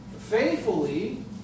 faithfully